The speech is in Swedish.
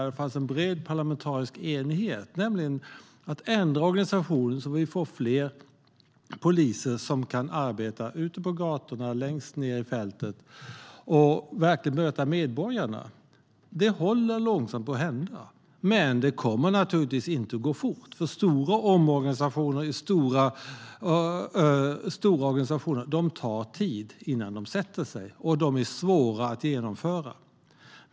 Det fanns en bred parlamentarisk enighet om att ändra organisationen så att vi får fler poliser som kan arbeta ute på gatorna längst ned i fältet och verkligen möta medborgarna. Det håller långsamt på att hända. Men det kommer naturligtvis inte att gå fort, för det tar tid innan stora omorganisationer i stora organisationer sätter sig. Och de är svåra att genomföra.